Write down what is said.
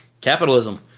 capitalism